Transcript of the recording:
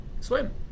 Swim